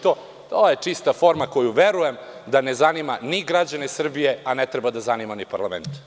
To je čista forma, koja, verujem, ne zanima ni građane Srbije, a ne treba da zanima ni parlament.